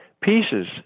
pieces